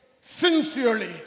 Sincerely